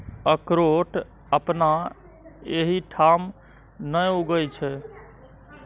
अकरोठ अपना एहिठाम नहि उगय छै